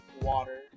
water